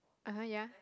(uh huh) ya